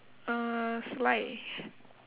uh slide